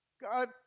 God